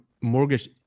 mortgage